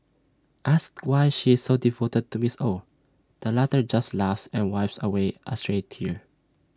asked why she is so devoted to miss Ow the latter just laughs and wipes away A stray tear